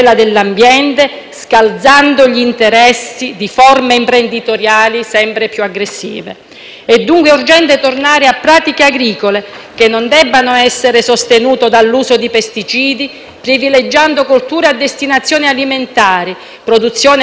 È dunque urgente tornare a pratiche agricole che non debbano essere sostenute dall'uso di pesticidi, privilegiando colture a destinazione alimentare, produzioni commisurate a reali fabbisogni delle comunità, fertilizzanti organici derivati da compostaggio aerobico,